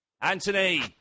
Anthony